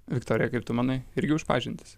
viktorija kaip tu manai irgi už pažintis